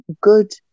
good